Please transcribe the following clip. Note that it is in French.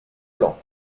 blanc